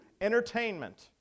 entertainment